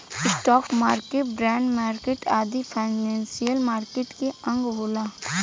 stock market, bond market आदि financial market के अंग होला